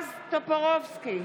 טופורובסקי,